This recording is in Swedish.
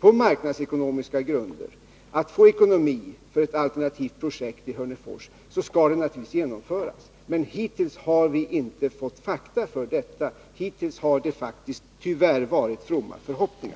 på marknadsekonomiska grunder, att få ekonomi för ett alternativt projekt i Hörnefors, skall det naturligtvis genomföras. Men hittills har vi inte fått fakta för detta. Hittills har det faktiskt tyvärr varit fromma förhoppningar.